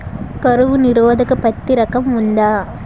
కరువు నిరోధక పత్తి రకం ఉందా?